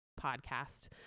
podcast